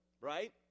right